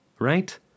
right